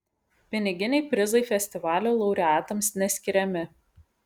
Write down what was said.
piniginiai prizai festivalio laureatams neskiriami